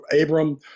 Abram